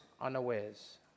unawares